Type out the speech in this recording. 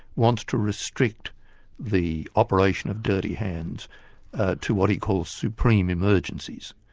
wants to restrict the operation of dirty hands to what he calls supreme emergencies.